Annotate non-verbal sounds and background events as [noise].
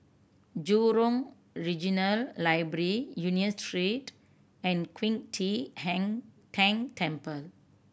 Jurong Regional Library Union Street and Qing De [unintelligible] Tang Temple